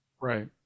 Right